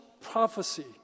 prophecy